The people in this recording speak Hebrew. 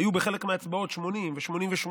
היו בחלק מהאצבעות 80 ו-88.